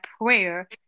prayer